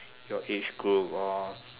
your age group all